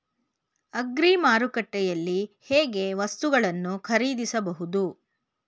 Agri ಮಾರುಕಟ್ಟೆಯಲ್ಲಿ ಹೇಗೆ ವಸ್ತುಗಳನ್ನು ಖರೀದಿಸಬಹುದು?